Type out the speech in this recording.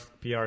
pr